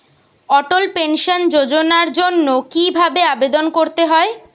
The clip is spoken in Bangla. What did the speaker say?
অটল পেনশন যোজনার জন্য কি ভাবে আবেদন করতে হয়?